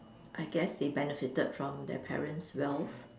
I guess they benefited from their parents' wealth